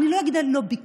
אני לא אגיד ביקורת,